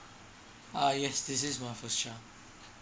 ah yes this is my first child